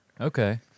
Okay